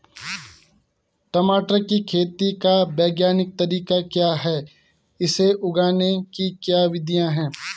टमाटर की खेती का वैज्ञानिक तरीका क्या है इसे उगाने की क्या विधियाँ हैं?